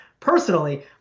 personally